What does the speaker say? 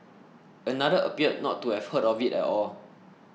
another appeared not to have heard of it at all